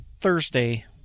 Thursday